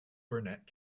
burnett